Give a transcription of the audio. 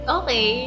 okay